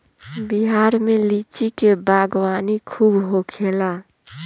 बिहार में लीची के बागवानी खूब होखेला